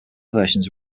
versions